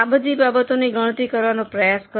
આ બધી બાબતોની ગણતરી કરવાનો પ્રયાસ કરો